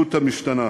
למציאות המשתנה.